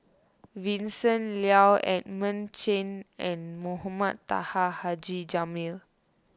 Vincent Leow Edmund Chen and Mohamed Taha Haji Jamil